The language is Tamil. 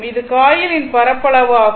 இது காயிலின் பரப்பளவு ஆகும்